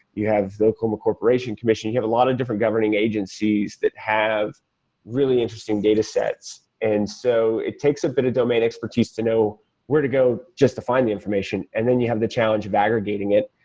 you have the oklahoma corporation commission. you have a lot of different governing agencies that have really interesting data sets. and so it takes a big but of domain expertise to know where to go just to find the information, and then you have the challenge of aggregating it.